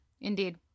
indeed